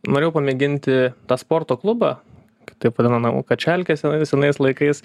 norėjau pamėginti tą sporto klubą taip vadinamą kačialkę senais senais laikais